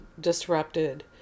disrupted